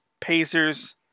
Pacers